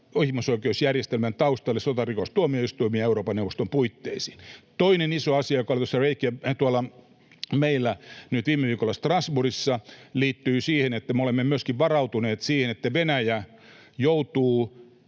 ihmisoikeusjärjestelmän taustalle sotarikostuomioistuimia Euroopan neuvoston puitteisiin. Toinen iso asia, joka oli meillä viime viikolla Strasbourgissa, liittyy siihen, että me olemme myöskin varautuneet siihen, että Venäjä joutuu